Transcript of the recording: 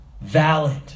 valid